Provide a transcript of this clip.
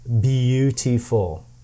beautiful